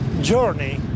journey